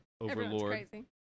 overlord